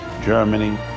Germany